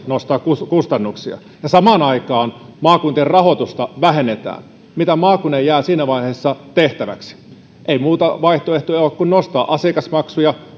nostaa kustannuksia ja samaan aikaan maakuntien rahoitusta vähennetään mitä maakunnille jää siinä vaiheessa tehtäväksi ei ole muita vaihtoehtoja kuin nostaa asiakasmaksuja